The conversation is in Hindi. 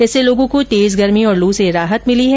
इससे लोगों को तेज गर्मी और लू से राहत मिली है